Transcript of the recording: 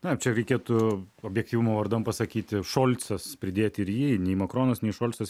na čia reikėtų objektyvumo vardan pasakyti šolcas pridėti ir jį nei makronas nei šolcas